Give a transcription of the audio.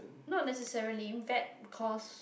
not necessarily bad cause